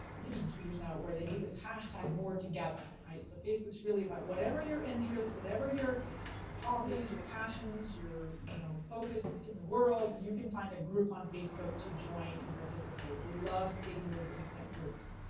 maybe even two years now, where they did this hashtag, more together, right? so facebook's really about whatever your interest, whatever your hobbies, your passions, your, you know, focus in the world, you can find a group on facebook to join and participate. they love creating those intimate groups.